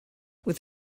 with